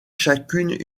chacune